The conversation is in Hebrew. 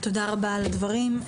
תודה רבה על הדברים.